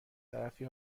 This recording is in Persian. طرفی